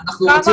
סליחה,